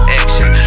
action